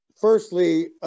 firstly